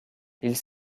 ils